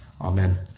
Amen